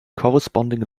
corresponding